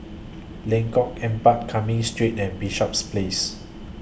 Lengkong Empat Cumming Street and Bishops Place